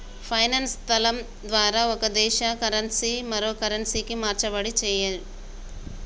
finance సంస్థల ద్వారా ఒక దేశ కరెన్సీ మరో కరెన్సీకి మార్చడం చెయ్యచ్చు